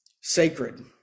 sacred